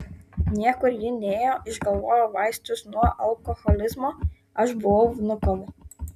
niekur ji nėjo išgalvojo vaistus nuo alkoholizmo aš buvau vnukove